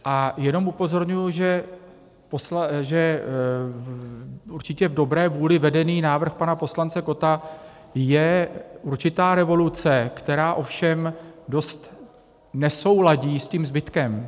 A jenom upozorňuji, že určitě v dobré vůli vedený návrh pana poslance Kotta je určitá revoluce, která ovšem dost nesouladí s tím zbytkem.